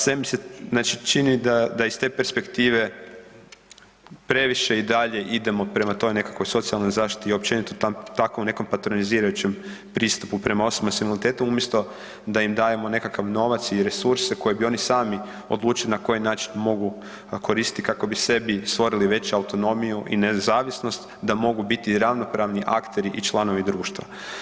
Sve mi se čini da iz te perspektive previše i dalje idemo prema toj nekakvoj socijalnoj zaštiti i općenito tako u nekom patronizirajućem pristupu prema osobama s invaliditetom umjesto da im dajemo nekakav novac i resurse koje bi oni sami odlučili na koji način mogu koristiti kako bi sebi stvorili veću autonomiju i nezavisnost da mogu biti ravnopravni akteri i članovi društva.